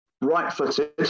right-footed